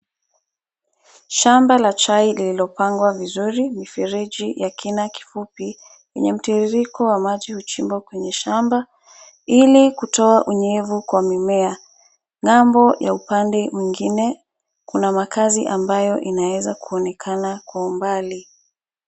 Shamba la chai lililopangwa vizuri, mifereji ya kina kifupi yenye mtiririko wa maji huchimbwa kwenye shamba ili kutoa unyevu kwa mimea. Ngambo ya upande ingine kuna makazi ambayo inaweza kuonekana kwa umbali.